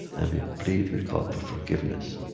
and we plead, we call for forgiveness,